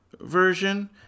version